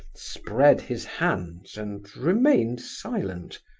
spread his hands, and remained silent.